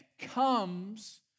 comes